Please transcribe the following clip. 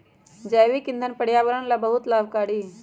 जैविक ईंधन पर्यावरण ला बहुत लाभकारी हई